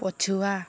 ପଛୁଆ